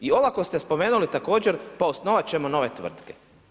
I ova koju ste spomenuli također, pa osnovati ćemo nove tvrtke.